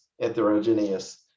heterogeneous